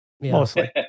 Mostly